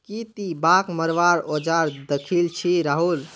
की ती बाघ मरवार औजार दखिल छि राहुल